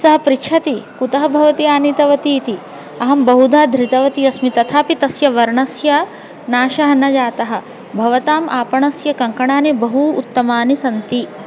सः पृच्छति कुतः भवती आनीतवती इति अहं बहुधा धृतवती अस्मि तथापि तस्य वर्णस्य नाशः न जातः भवताम् आपणस्य कङ्कणानि बहु उत्तमानि सन्ति